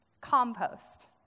Compost